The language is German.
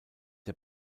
der